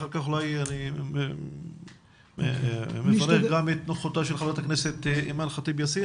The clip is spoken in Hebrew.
אני מברך גם את נוכחותה ש ל ח"כ אימאן ח'טיב יאסין,